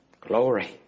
Glory